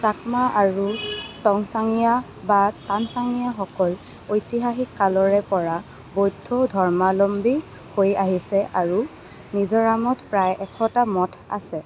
চাকমা আৰু টংচাংয়া বা তানচাংয়াসকল ঐতিহাসিক কালৰে পৰা বৌদ্ধ ধৰ্মাৱলম্বী হৈ আহিছে আৰু মিজোৰামত প্ৰায় এশটা মঠ আছে